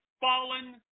fallen